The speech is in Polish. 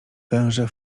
węże